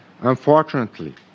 unfortunately